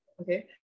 okay